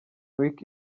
week